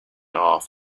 off